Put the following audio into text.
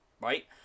right